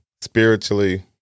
spiritually